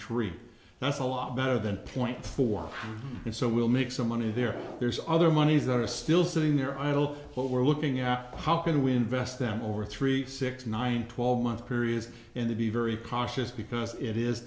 three that's a lot better than point four and so we'll make some money there there's other monies that are still sitting there idle but we're looking at how can we invest them over three six nine twelve month period and to be very cautious because it is